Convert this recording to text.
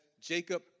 Jacob